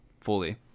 fully